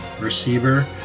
receiver